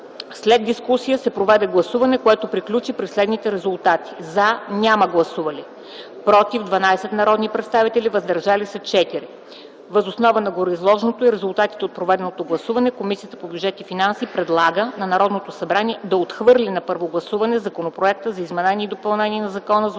След дискусията се проведе гласуване, което приключи при следните резултати: „за” – няма гласували, „против” – 12 народни представители и „въздържали се” – 4. Въз основа на гореизложеното и резултатите от проведеното гласуване Комисията по бюджет и финанси предлага на Народното събрание да отхвърли на първо гласуване Законопроекта за изменение и допълнение на Закона за